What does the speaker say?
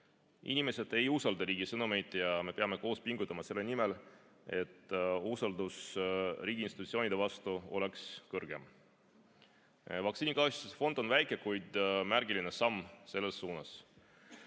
Inimesed ei usalda riigi sõnumeid ja me peame koos pingutama selle nimel, et usaldus riigi institutsioonide vastu oleks kõrgem. Vaktsiinikahjustuste fond on väike, kuid märgiline samm selles suunas.